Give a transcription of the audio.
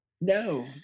No